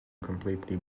completely